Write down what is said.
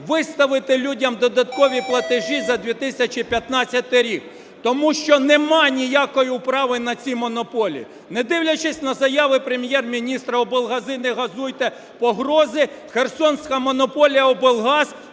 виставити людям додаткові платежі за 2015 рік, тому що нема ніякої управи на ці монополії. Не дивлячись на заяви Прем'єр-міністра "Облгази не газуйте", погрози, херсонська монополія облгаз